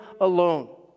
alone